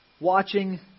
watching